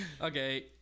Okay